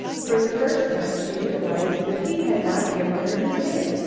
for the first time she realized that he had not given her his name.